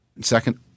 Second